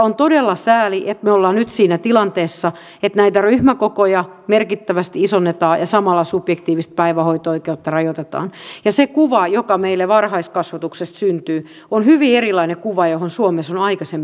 on todella sääli että me olemme nyt siinä tilanteessa että näitä ryhmäkokoja merkittävästi isonnetaan ja samalla subjektiivista päivähoito oikeutta rajoitetaan ja se kuva joka meille varhaiskasvatuksesta syntyy on hyvin erilainen kuva kuin se johon suomessa on aikaisemmin uskottu